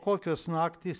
kokios naktys